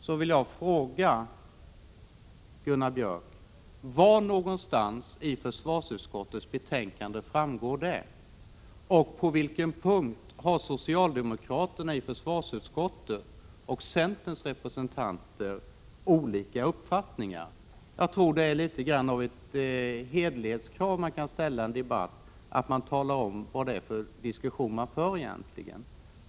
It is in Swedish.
Jag vill fråga Gunnar Björk: Var någonstans i försvarsutskottets betänkande framgår detta? På vilken punkt har de socialdemokratiska och centerpartistiska representanterna i försvarsutskottet olika uppfattningar? Jag tror det är litet grand av ett hederlighetskrav i en debatt att kunna tala om vad det är för diskussion man egentligen för.